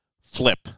flip